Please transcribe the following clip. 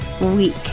week